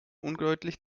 undeutlich